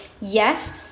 Yes